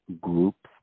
groups